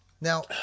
Now